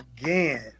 again